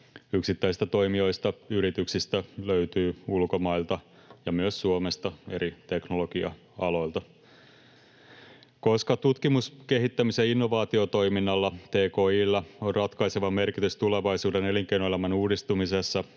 yksittäisistä toimijoista, yrityksistä, löytyy ulkomailta ja myös Suomesta eri teknologia-aloilta. Koska tutkimus-, kehittämis- ja innovaatiotoiminnalla, tki:llä, on ratkaiseva merkitys tulevaisuuden elinkeinoelämän uudistumisessa